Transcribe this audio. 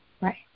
Right